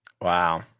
wow